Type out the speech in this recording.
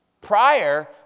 Prior